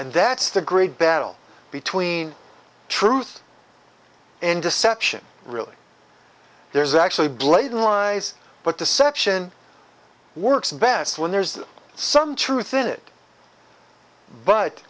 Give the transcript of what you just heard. and that's the great battle between truth and deception really there's actually blatant lies but the section works best when there's some truth in it but